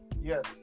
Yes